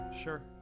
Sure